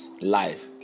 life